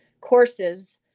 courses